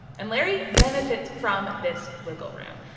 and larry benefits from this wiggle room.